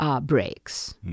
breaks